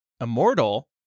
immortal